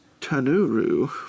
Tanuru